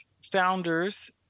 founders